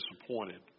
disappointed